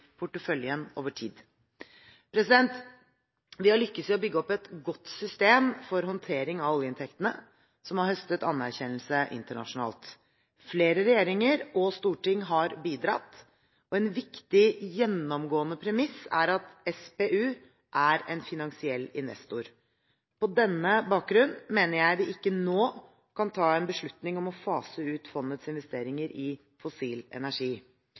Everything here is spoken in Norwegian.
porteføljen over tid. Vi har lyktes i å bygge opp et godt system for håndtering av oljeinntektene som har høstet anerkjennelse internasjonalt. Flere regjeringer og storting har bidratt, og et viktig gjennomgående premiss er at SPU er en finansiell investor. På denne bakgrunn mener jeg vi ikke nå kan ta en beslutning om å fase ut fondets investeringer i fossil energi.